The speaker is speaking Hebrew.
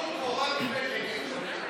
על זה נאמר: טול קורה מבין עיניך.